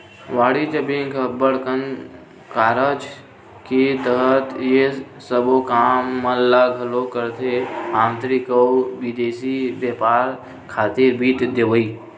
वाणिज्य बेंक ह अब्बड़ कन कारज के तहत ये सबो काम मन ल घलोक करथे आंतरिक अउ बिदेसी बेपार खातिर वित्त देवई